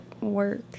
work